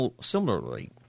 similarly